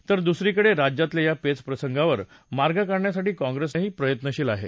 तर दुसरीकडे राज्यातल्या या पेचप्रसंगावर मार्ग काढण्यासाठी काँप्रेसही प्रयत्नशील आहे